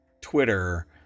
Twitter